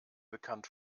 bekannt